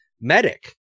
medic